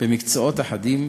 במקצועות אחדים,